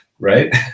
right